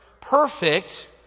Perfect